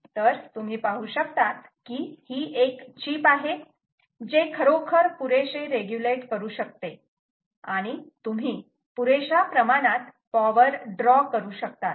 तर तुम्ही पाहू शकतात की ही एक चीप आहे जे खरोखर पुरेशे रेग्युलेट करू शकते आणि तुम्ही पुरेशा प्रमाणात पॉवर ड्रॉ करू शकतात